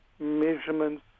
measurements